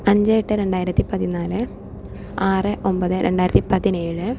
അഞ്ച് എട്ട് രണ്ടായിരത്തി പതിനാല് ആറ് ഒൻപത് രണ്ടായിരത്തി പതിനാല്